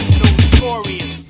notorious